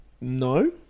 No